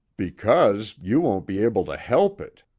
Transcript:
because you won't be able to help it.